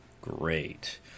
great